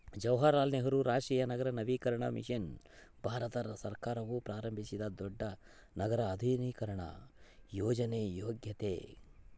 ಜವಾಹರಲಾಲ್ ನೆಹರು ರಾಷ್ಟ್ರೀಯ ನಗರ ನವೀಕರಣ ಮಿಷನ್ ಭಾರತ ಸರ್ಕಾರವು ಪ್ರಾರಂಭಿಸಿದ ದೊಡ್ಡ ನಗರ ಆಧುನೀಕರಣ ಯೋಜನೆಯ್ಯಾಗೆತೆ